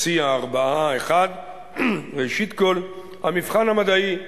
אציע ארבעה: ראשית, המבחן המדעי.